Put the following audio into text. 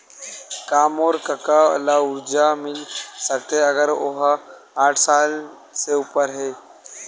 का मोर कका ला कर्जा मिल सकथे अगर ओ हा साठ साल से उपर हे?